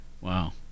Wow